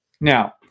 Now